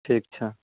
ठीक छै